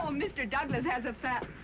mr. douglas has a fat.